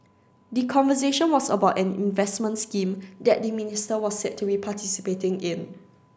the conversation was about an investment scheme that the minister was said to be participating in